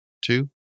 two